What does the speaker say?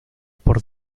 por